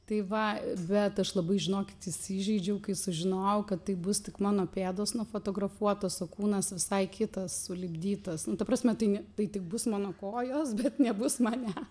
tai va bet aš labai žinokit įsižeidžiau kai sužinojau kad tai bus tik mano pėdos nufotografuotos o kūnas visai kitas sulipdytas nu ta prasme tai ne tai tik bus mano kojos bet nebus manęs